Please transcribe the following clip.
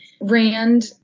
RAND